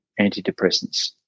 antidepressants